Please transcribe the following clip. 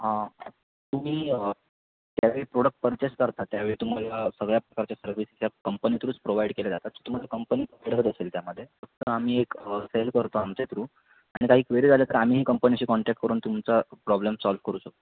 हां तुम्ही ज्या वेळी प्रोडक्ट पर्चेस करता त्या वेळी तुम्हाला सगळ्या प्रकारच्या सर्विस या कंपनी थ्रूच प्रोव्हाइड केल्या जातात सो तुम्हाला कंपनी असेल त्यामध्ये फक्त आम्ही एक सेल करतो आमच्या थ्रू आणि काही क्वेरी झाल्या तर आम्हीही कंपनीशी कॉन्टॅक्ट करून तुमचा प्रॉब्लेम सॉल्व करू शकतो